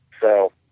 so